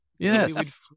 Yes